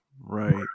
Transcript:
Right